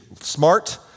smart